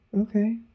Okay